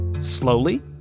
Slowly